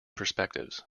perspectives